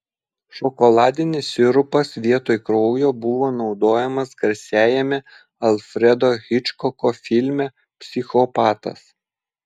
šokoladinis sirupas vietoj kraujo buvo naudojamas garsiajame alfredo hičkoko filme psichopatas